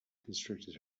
constricted